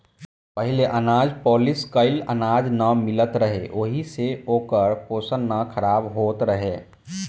पहिले अनाज पॉलिश कइल अनाज ना मिलत रहे ओहि से ओकर पोषण ना खराब होत रहे